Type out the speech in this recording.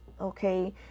okay